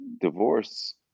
divorce